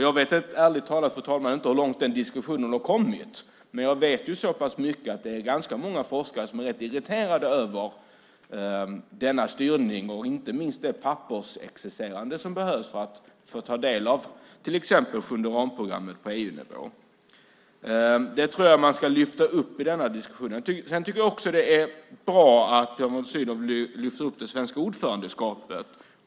Jag vet ärligt talat, fru talman, inte hur långt den diskussionen har kommit. Men jag vet så pass mycket att det är ganska många forskare som är rätt irriterade över denna styrning och inte minst den pappersexercis som behövs för att ta del av till exempel sjunde ramprogrammet på EU-nivå. Det tror jag man ska lyfta upp i denna diskussion. Jag tycker också att det är bra att Björn von Sydow lyfter upp det svenska ordförandeskapet.